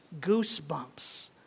goosebumps